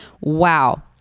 Wow